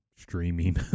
Streaming